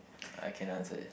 I can answer it